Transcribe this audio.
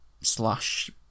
slash